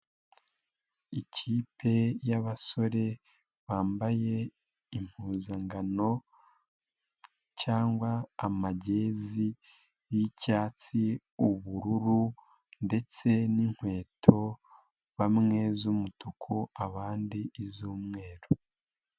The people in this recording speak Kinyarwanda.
Ikipe y'abasore bambaye impuzangano cyangwa amagezi y'icyatsi, ubururu ndetse n'inkweto bamwe z'umutuku abandi iz'umweru.